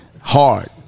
hard